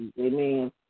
amen